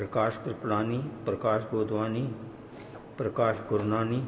Prakash Kriplani Prakash Godwani Prakash Gurnani